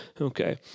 Okay